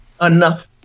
enough